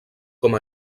com